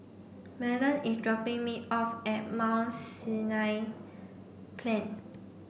Mahlon is dropping me off at Mount Sinai Plain